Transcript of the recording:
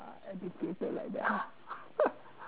educated like that ha